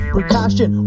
Precaution